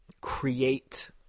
create